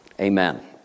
Amen